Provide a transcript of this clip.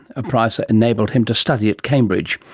a prize that enabled him to study at cambridge.